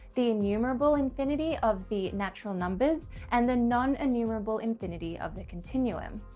the enumerable infinity of the natural numbers and the non enumerable infinity of the continuum.